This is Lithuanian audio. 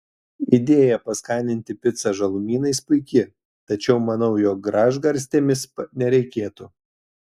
idėja paskaninti picą žalumynais puiki tačiau manau jog gražgarstėmis nereikėtų